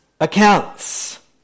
accounts